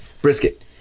brisket